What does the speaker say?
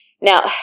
Now